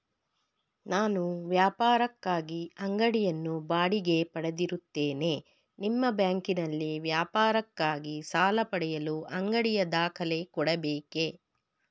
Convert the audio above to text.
ನಾನು ವ್ಯಾಪಾರಕ್ಕಾಗಿ ಅಂಗಡಿಯನ್ನು ಬಾಡಿಗೆ ಪಡೆದಿರುತ್ತೇನೆ ನಿಮ್ಮ ಬ್ಯಾಂಕಿನಲ್ಲಿ ವ್ಯಾಪಾರಕ್ಕಾಗಿ ಸಾಲ ಪಡೆಯಲು ಅಂಗಡಿಯ ದಾಖಲೆ ಕೊಡಬೇಕೇ?